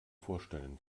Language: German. vorstellen